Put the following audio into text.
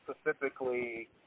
specifically